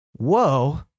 Whoa